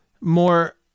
more